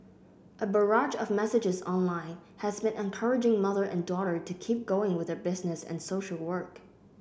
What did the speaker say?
a barrage of messages online has been encouraging mother and daughter to keep going with their business and social work